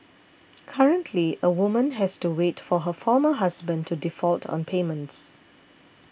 currently a woman has to wait for her former husband to default on payments